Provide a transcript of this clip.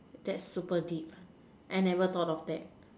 that's super deep I never thought of that